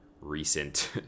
recent